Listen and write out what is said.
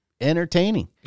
entertaining